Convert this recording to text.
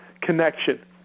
connection